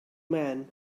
man